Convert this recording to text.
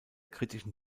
kritischen